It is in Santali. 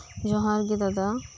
ᱡᱚᱦᱟᱨᱜᱤ ᱫᱟᱫᱟ